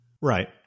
Right